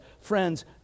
friends